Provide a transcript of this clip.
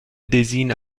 désigne